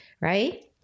right